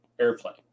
airplane